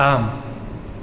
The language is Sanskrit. आम्